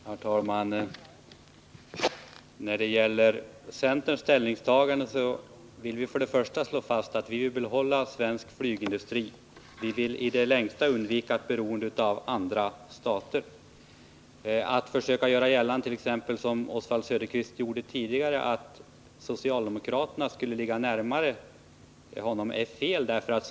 Herr talman! När det gäller centerns främst slå fast att vi vill behålla svensk flygindustri. Vi vill i det längsta ällningstagande vill jag först och undvika ett beroende av andra stater. Att försöka hävda, som Oswald Söderqvist gjorde tidigare, att socialdemokraternas uppfattning i denna fråga skulle ligga närmare vpk:s är fel.